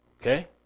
Okay